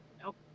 Nope